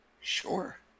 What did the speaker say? Sure